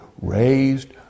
raised